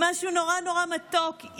משהו נורא נורא מתוק,